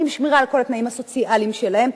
עם שמירה על כל התנאים הסוציאליים שלהם.